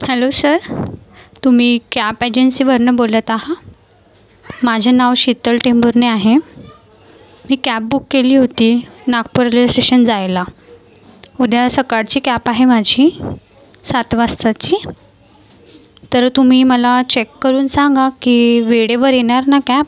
hello sir तुम्ही cab एजन्सीवरून बोलत आहा माझे नाव शीतल टेंभूर्ने आहे मी कॅप बुक केली होती नागपर र्ले स्टेशन जायला उद्या सकाळची कॅप आहे माझी सात वाजताची तर तुम्ही मला चेक करून सांगा की वेळेवर येणार ना कॅप